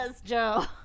Joe